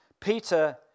Peter